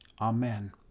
Amen